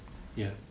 ya